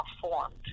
formed